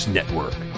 Network